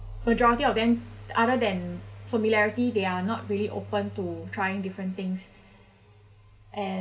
majority of them other than familiarity they are not really open to trying different things and